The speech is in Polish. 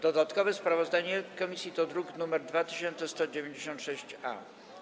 Dodatkowe sprawozdanie komisji to druk nr 2196-A.